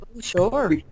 Sure